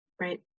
right